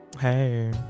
Hey